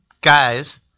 guys